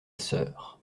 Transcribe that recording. sœur